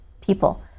people